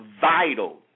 vital